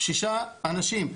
שישה אנשים.